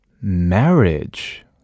marriage